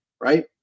right